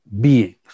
beings